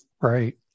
Right